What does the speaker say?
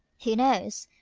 who knows?